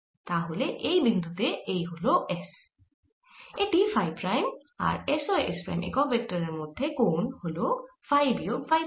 তাহলে এই বিন্দু তে এই হল s এটি ফাই প্রাইম আর s ও s প্রাইম একক ভেক্টরের মধ্যে কোণ হল ফাই বিয়োগ ফাই প্রাইম